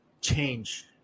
change